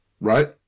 right